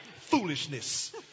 Foolishness